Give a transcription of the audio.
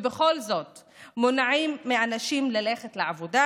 ובכל זאת מונעים מאנשים ללכת לעבודה